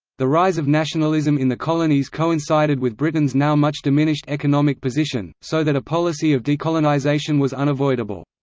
the rise of nationalism in the colonies coincided with britain's now much-diminished economic position, so that a policy of decolonisation was unavoidable.